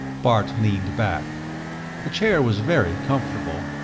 bart leaned back the chair was very comfortable,